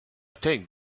think